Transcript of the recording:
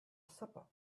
supper